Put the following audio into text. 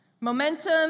Momentum